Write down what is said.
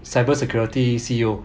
cybersecurity C_E_O